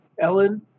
Ellen